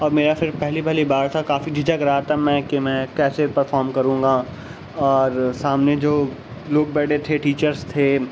اور میرا پھر پہلی پہلی بار تھا کافی جھجھک رہا تھا میں کہ میں کیسے پرفوم کروں گا اور سامنے جو لوگ بیٹھے تھے ٹیچیرس تھے